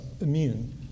immune